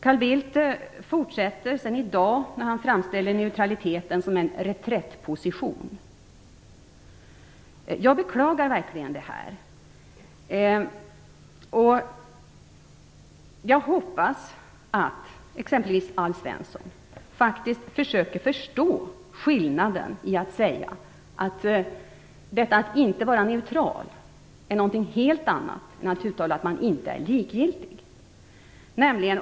Carl Bildt fortsätter i dag med att framställa neutraliteten som en reträttposition. Jag beklagar verkligen det här, och jag hoppas att exempelvis Alf Svensson faktiskt försöker förstå att ett uttalande om att inte vara neutral är något helt annat än att uttala att man inte är likgiltig.